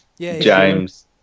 James